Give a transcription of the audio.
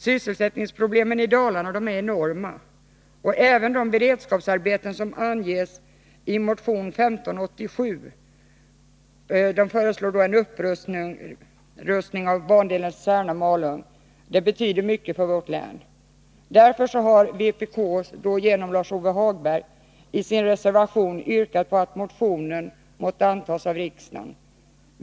Sysselsättningsproblemen i Dalarna är enorma, och även de beredskapsarbeten som motion 1587 föreslår för upprustning av bandelen Särna-Malung betyder mycket för vårt län. Därför har vpk genom Lars-Ove Hagberg i reservation 36 yrkat på att motionen måtte bifallas av riksdagen.